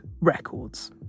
records